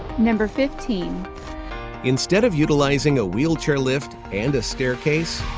number fifteen instead of utilizing a wheelchair lift and a staircase,